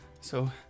so-